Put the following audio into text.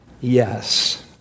Yes